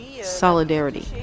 solidarity